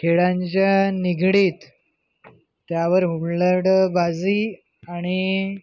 खेळांच्या निगडीत त्यावर हुल्लडबाजी आणि